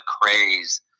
craze